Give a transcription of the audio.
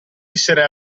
essere